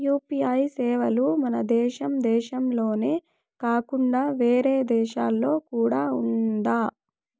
UPI సేవలు మన దేశం దేశంలోనే కాకుండా వేరే దేశాల్లో కూడా ఉందా?